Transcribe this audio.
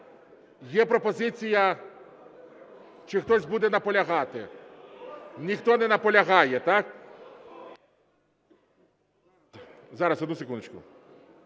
Є пропозиція, чи хтось буде наполягати? Ніхто не наполягає, так? Зараз, одну секундочку.